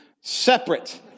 separate